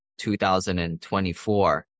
2024